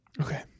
Okay